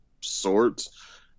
sorts